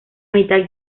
mitad